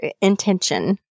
intention